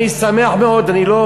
אני שמח מאוד, אני לא,